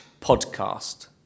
podcast